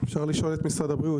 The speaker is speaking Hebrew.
אפשר לשאול את משרד הבריאות